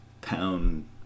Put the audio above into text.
pound